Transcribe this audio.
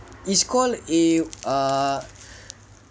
it's called a ah